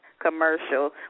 commercial